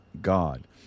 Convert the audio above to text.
God